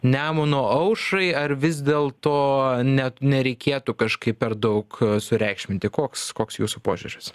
nemuno aušrai ar vis dėlto net nereikėtų kažkaip per daug sureikšminti koks koks jūsų požiūris